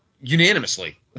unanimously